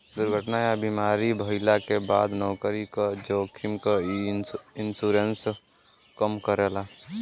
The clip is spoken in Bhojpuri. दुर्घटना या बीमारी भइले क बाद नौकरी क जोखिम क इ इन्शुरन्स कम करेला